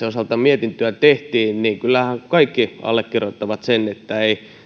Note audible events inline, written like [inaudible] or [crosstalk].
[unintelligible] osalta tätä mietintöä tehtiin kaikki allekirjoittavat sen että